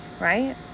right